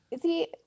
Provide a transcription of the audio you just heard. See